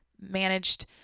managed